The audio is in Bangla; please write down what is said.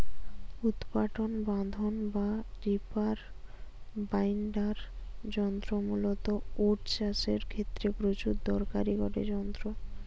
উৎপাটন বাঁধন বা রিপার বাইন্ডার যন্ত্র মূলতঃ ওট চাষের ক্ষেত্রে প্রচুর দরকারি গটে যন্ত্র